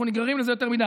אנחנו נגררים לזה יותר מדי,